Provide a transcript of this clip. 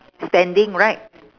standing right